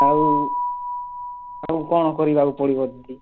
ଆଉ ଆଉ କ'ଣ କରିବାକୁ ପଡ଼ିବ ଦିଦି